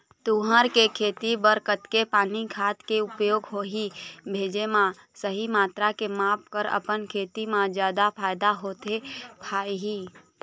तुंहर के खेती बर कतेक पानी खाद के उपयोग होही भेजे मा सही मात्रा के माप कर अपन खेती मा जादा फायदा होथे पाही?